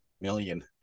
million